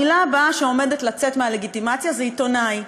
המילה הבאה שעומדת לצאת מהלגיטימציה זה "עיתונאי".